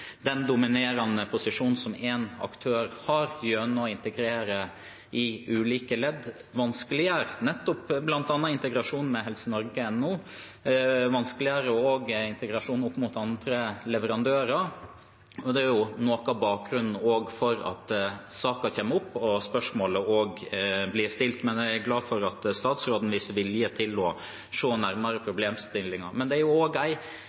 den dominerende posisjonen som én aktør har, gjennom å integrere i ulike ledd, vanskeliggjør bl.a. integrasjonen med helsenorge.no. Den vanskeliggjør også integrasjonen opp mot andre leverandører, og det er også noe av bakgrunnen for at saken kommer opp, og at spørsmålet blir stilt. Men jeg er glad for at statsråden viser vilje til å se nærmere på problemstillingen. Det er